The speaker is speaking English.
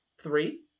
Three